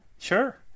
Sure